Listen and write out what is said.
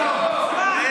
חבר הכנסת מנסור עבאס,